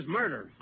murder